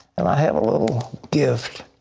and i have a little gift.